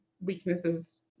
weaknesses